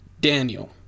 Daniel